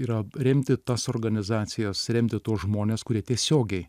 yra remti tos organizacijos remti tuos žmones kurie tiesiogiai